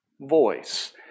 voice